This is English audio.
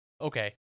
Okay